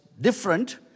different